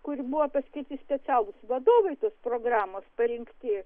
kur buvo paskirti specialūs vadovais tos programos parinkti